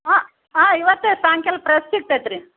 ಹಾಂ ಹಾಂ ಇವತ್ತೇ ಸಾಯಂಕಾಲ ಫ್ರೆಸ್ ಸಿಕ್ತದ್ ರೀ